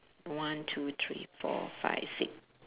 one two three four five six